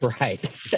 Right